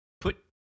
put